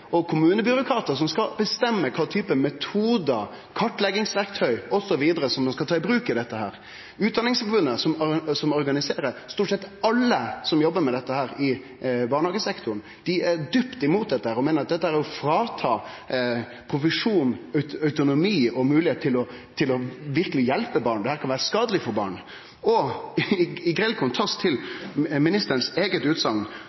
og kommunebyråkratar som skal bestemme kva type metodar, kartleggingsverktøy osv. ein skal ta i bruk her. Utdanningsforbundet, som organiserer stort sett alle i barnehagesektoren som jobbar med dette, er djupt imot dette og meiner at dette er å ta frå profesjonen autonomi og moglegheit til verkeleg å hjelpe barn. Dette kan vere skadeleg for barna – og i grell kontrast